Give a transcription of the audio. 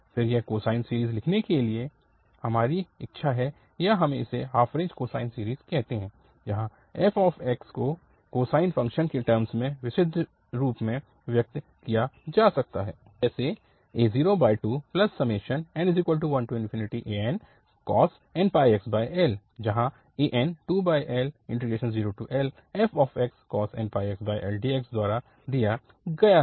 फिर यह cosine series लिखने के लिए हमारी इच्छा है या हमें उसे हाफ रेंज कोसाइन सीरीज़ कहते हैं जहाँ f को कोसाइन फ़ंक्शन्स के टर्म्स में विशुद्ध रूप से व्यक्त किया जा सकता है जैसे a02n1ancos nπxL जहाँ an 2L0Lfxcos nπxL dx द्वारा दिया गया है